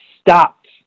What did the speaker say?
stopped